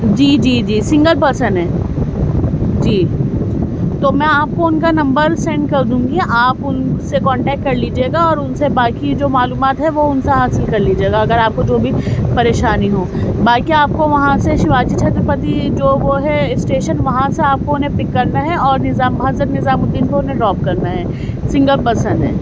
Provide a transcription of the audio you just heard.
جی جی جی single person ہیں جی تو میں آپ کو ان کا نمبر سینڈ کر دوں گی آپ ان سے کانٹیکٹ کر لیجئے گا اور ان سے باقی جو معلومات ہے وہ ان سے حاصل کر لیجئے گا اگر آپ کو جو بھی پریشانی ہو باقی آپ کو وہاں سے شیواجی چھترپتی جو وہ ہے اسٹیشن وہاں سے آپ کو انہیں پک کرنا اور نظام حضرت نظام الدین کو انہیں ڈراپ کرنا ہے سنگل پرسن ہیں